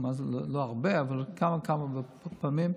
לא הרבה אבל כמה וכמה פעמים,